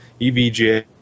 EVGA